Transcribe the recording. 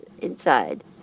inside